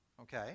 Okay